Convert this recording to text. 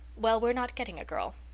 well, we're not getting a girl,